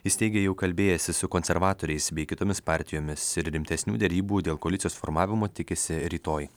jis teigė jau kalbėjęsis su konservatoriais bei kitomis partijomis ir rimtesnių derybų dėl koalicijos formavimo tikisi rytoj